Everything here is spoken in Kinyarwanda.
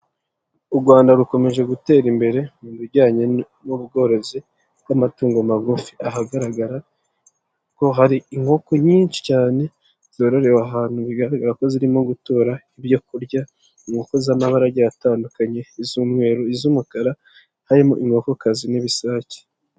U Rwanda rukomeje gutera imbere mu bijyanye n'ubworozi bw'amatungo magufi, ahagaragara ko hari inkoko nyinshi cyane zororewe ahantu bigaragara ko zirimo gutora ibyo kurya, inkoko z'amabara agiye atandukanye, iz'umweru, iz'umukara harimo inkokokazi n'ibisake.